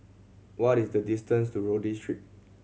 what is the distance to Rodyk Street